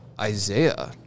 Isaiah